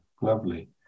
lovely